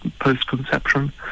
post-conception